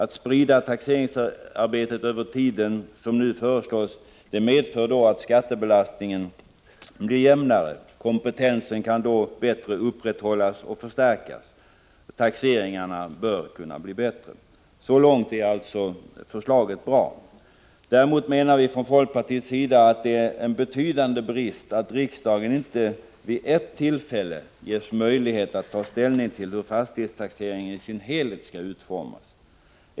En spridning av taxeringsarbetet över tiden, som nu föreslås, medför att arbetsbelastningen blir jämnare. Kompetensen kan därmed på ett bättre sätt upprätthållas och förstärkas. Taxeringarna bör kunna bli bättre. Så långt är förslaget bra. Däremot menar vi i folkpartiet att det är en betydande brist att riksdagen inte vid något tillfälle ges möjlighet att ta ställning till hur fastighetstaxeringen i dess helhet skall utformas.